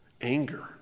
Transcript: anger